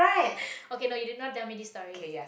okay no you did not tell me this story